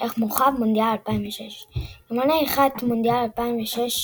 ערך מורחב – מונדיאל 2006 גרמניה אירחה את מונדיאל 2006,